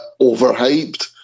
overhyped